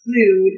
include